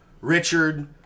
Richard